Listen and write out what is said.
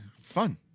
fun